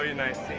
ah nice